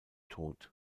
tod